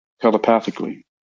telepathically